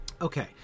Okay